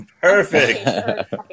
Perfect